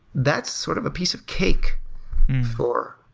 that's sort of a piece of cake for